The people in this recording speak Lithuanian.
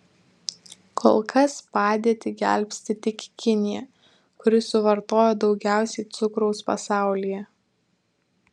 kol kas padėtį gelbsti tik kinija kuri suvartoja daugiausiai cukraus pasaulyje